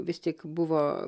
vis tik buvo